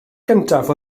gyntaf